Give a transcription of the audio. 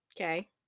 okay